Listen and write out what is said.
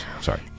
Sorry